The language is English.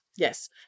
Yes